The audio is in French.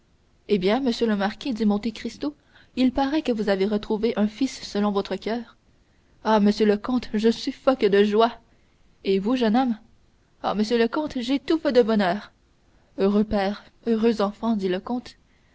eh bien monsieur le marquis dit monte cristo il paraît que vous avez retrouvé un fils selon votre coeur ah monsieur le comte je suffoque de joie et vous jeune homme ah monsieur le comte j'étouffe de bonheur heureux père heureux enfant dit le comte